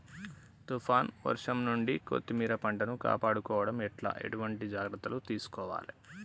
తుఫాన్ వర్షం నుండి కొత్తిమీర పంటను కాపాడుకోవడం ఎట్ల ఎటువంటి జాగ్రత్తలు తీసుకోవాలే?